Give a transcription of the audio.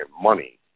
money